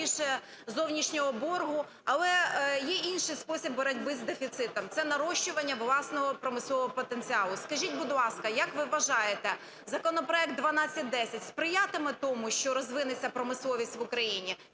ще більше зовнішнього боргу, але є інший спосіб боротьби з дефіцитом – це нарощування власного промислового потенціалу. Скажіть, будь ласка, як ви вважаєте, законопроект 1210 сприятиме тому, що розвинеться промисловість в Україні